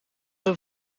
door